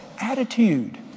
Attitude